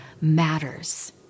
matters